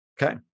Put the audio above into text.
Okay